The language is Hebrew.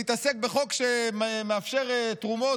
להתעסק בחוק שמאפשר תרומות?